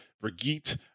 Brigitte